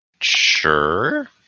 sure